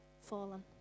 fallen